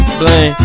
blame